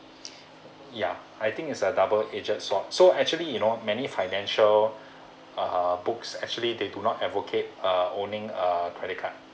ya I think it's a double edged sword so actually you know many financial uh books actually they do not advocate uh owning a credit card